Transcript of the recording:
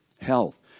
health